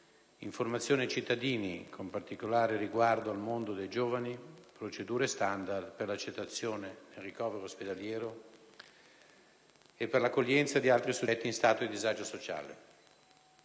informazione ai cittadini, con particolare riguardo al mondo dei giovani, procedure standard per l'accettazione e ricovero ospedaliero e per l'accoglienza di altri soggetti in stato di disagio sociale.